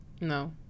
No